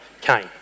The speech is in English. came